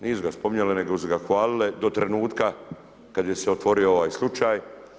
Nisu ga spominjale nego su ga hvalile, do trenutka, kada se je otvorio ovaj slučaj.